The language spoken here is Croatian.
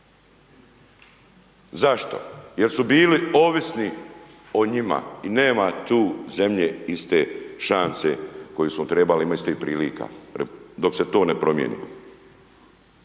Zašto? Jer su bili ovisni o njima i nema tu zemlje iste šanse koje smo .../Govornik se ne razumije./... i prilika dok se to ne promijeni.